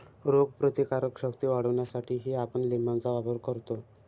रोगप्रतिकारक शक्ती वाढवण्यासाठीही आपण लिंबाचा वापर करतो